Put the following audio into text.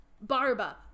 barba